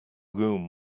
room